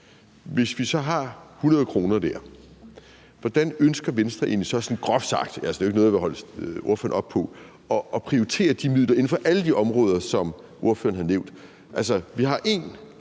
vi har fået, tager 100 kr., hvordan ønsker Venstre så egentlig groft sagt – det er jo ikke noget, jeg vil holde ordføreren op på – at prioritere de midler inden for alle de områder, som ordføreren har nævnt? Altså, vi har en